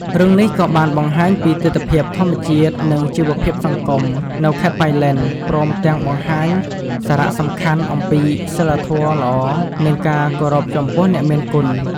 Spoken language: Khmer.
រឿងនេះក៏បានបង្ហាញពីទិដ្ឋភាពធម្មជាតិ និងជីវភាពសង្គមនៅខេត្តប៉ៃលិន ព្រមទាំងបង្ហាញសារៈសំខាន់អំពីសីលធម៌ល្អ និងការគោរពចំពោះអ្នកមានគុណ។